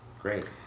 great